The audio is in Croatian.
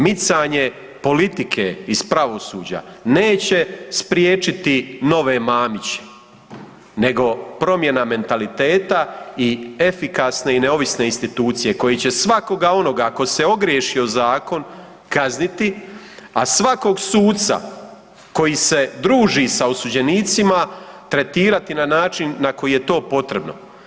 Micanje politike iz pravosuđa neće spriječiti nove Mamiće nego promjena mentaliteta i efikasne i neovisne institucije koje će svakoga onoga koji se ogriješi o zakon kazniti a svakog suca koji se druži sa osuđenicima, tretirati na način na koji je to potrebno.